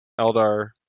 Eldar